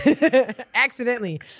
Accidentally